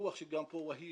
והיב,